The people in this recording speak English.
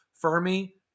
Fermi